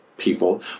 people